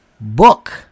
Book